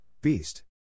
Beast